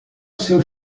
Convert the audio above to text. seu